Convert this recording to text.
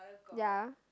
ya